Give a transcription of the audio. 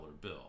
bill